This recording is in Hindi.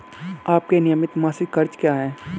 आपके नियमित मासिक खर्च क्या हैं?